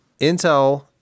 Intel